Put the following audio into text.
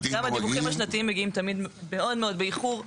גם הדיווחים השנתיים מגיעים תמיד מאוד מאוד באיחור,